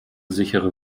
sichere